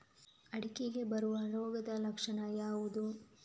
ಅಡಿಕೆಗೆ ಬರುವ ರೋಗದ ಲಕ್ಷಣ ಯಾವುದು?